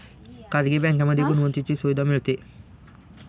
खाजगी बँकांमध्ये गुंतवणुकीची सुविधा मिळते